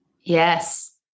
yes